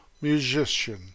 musician